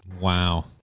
Wow